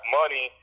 money